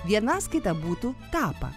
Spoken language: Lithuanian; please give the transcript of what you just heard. vienaskaita būtų tapa